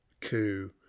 coup